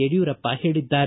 ಯಡಿಯೂರಪ್ಪ ಹೇಳಿದ್ದಾರೆ